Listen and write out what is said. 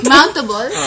Mountable